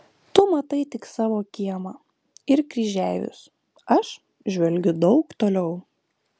tu matai tik savo kiemą ir kryžeivius aš žvelgiu daug toliau